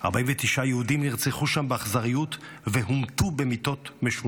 49 יהודים נרצחו שם באכזריות והומתו במיתות משונות.